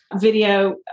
Video